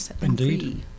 Indeed